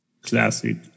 classic